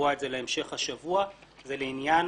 לקבוע את זה להמשך השבוע - זה לעניין